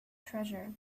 treasure